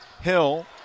Hill